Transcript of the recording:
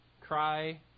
cry